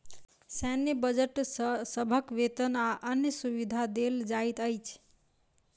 सैन्य बजट सॅ सभक वेतन आ अन्य सुविधा देल जाइत अछि